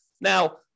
Now